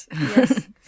Yes